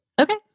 Okay